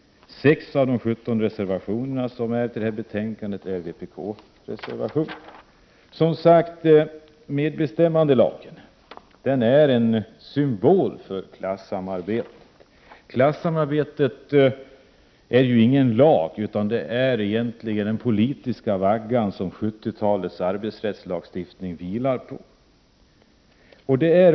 Sex av de 17 reservationer som finns fogade till betänkandet är vpk-reservationer. Medbestämmandelagen är som sagt en symbol för klassamarbetet. Klasssamarbetet är egentligen den politiska vagga som 70-talets arbetsrättslagstiftning vilar på.